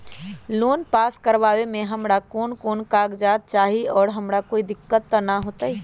Loan pass करवावे में हमरा कौन कौन कागजात चाही और हमरा कोई दिक्कत त ना होतई?